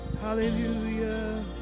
Hallelujah